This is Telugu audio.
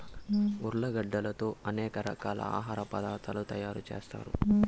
ఉర్లగడ్డలతో అనేక రకాల ఆహార పదార్థాలు తయారు చేత్తారు